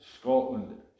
Scotland